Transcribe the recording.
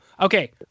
Okay